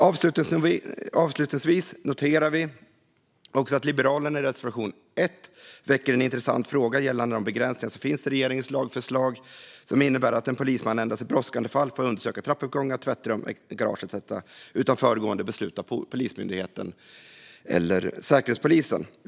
Avslutningsvis noterar vi också att Liberalerna i reservation 1 väcker en intressant fråga gällande de begränsningar som finns i regeringens lagförslag, som innebär att en polisman endast i brådskande fall får undersöka trappuppgångar, tvättrum, garage etcetera utan föregående beslut av Polismyndigheten eller Säkerhetspolisen.